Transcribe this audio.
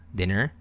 dinner